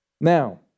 Now